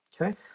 Okay